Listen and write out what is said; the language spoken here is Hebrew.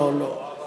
לא, לא, לא.